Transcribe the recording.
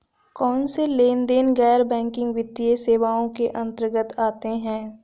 कौनसे लेनदेन गैर बैंकिंग वित्तीय सेवाओं के अंतर्गत आते हैं?